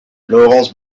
lawrence